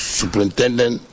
superintendent